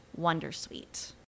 wondersuite